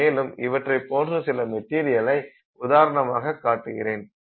மேலும் இவற்றைப் போன்று சில மெட்டீரியலை உதாரணமாக காட்டுகிறேன்